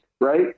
right